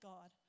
God